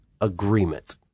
agreement